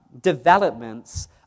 developments